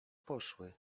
poszły